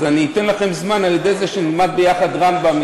אז אני אתן לכם זמן על-ידי זה שנלמד ביחד רמב"ם,